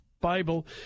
Bible